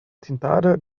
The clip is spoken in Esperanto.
tintado